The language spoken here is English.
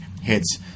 hits